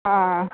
ആ